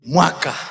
Mwaka